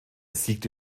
siegte